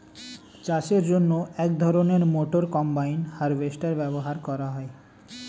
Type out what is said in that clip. চাষের জন্য এক ধরনের মোটর কম্বাইন হারভেস্টার ব্যবহার করা হয়